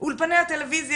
אולפני הטלוויזיה,